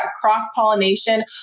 cross-pollination